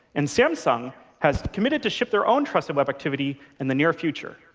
and samsung has committed to ship their own trusted web activity in the near future.